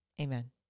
Amen